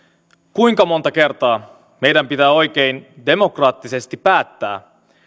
kuinka monta kertaa meidän pitää oikein demokraattisesti päättää